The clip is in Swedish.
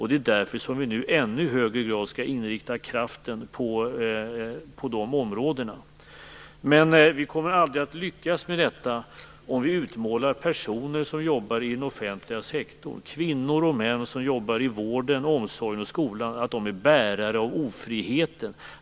Det är därför som vi nu i ännu högre grad skall inrikta kraften på det området. Men vi kommer aldrig att lyckas med detta om vi utmålar personer som jobbar i den offentliga sektorn, kvinnor och män som jobbar i vården, omsorgen och skolan, som bärare av ofriheten.